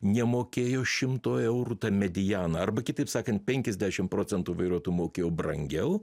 nemokėjo šimto eurų mediana arba kitaip sakant penkiasdešim procentų vairuotojų mokėjo brangiau